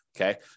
Okay